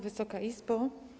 Wysoka Izbo!